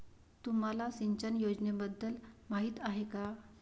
तुम्हाला सिंचन योजनेबद्दल माहिती आहे का?